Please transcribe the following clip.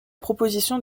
proposition